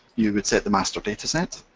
you would set the master dataset,